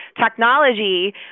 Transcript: technology